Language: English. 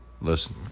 Listen